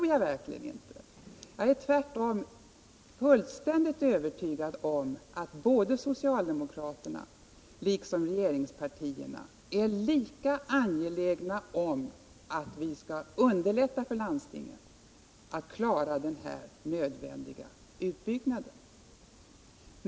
Jag är tvärtom fullständigt övertygad om att socialdemokraterna är lika angelägna som regeringspartierna att vi skall underlätta för landstingen att klara den nödvändiga utbyggnaden.